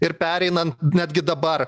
ir pereinant netgi dabar